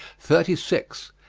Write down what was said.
thirty six.